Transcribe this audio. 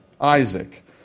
Isaac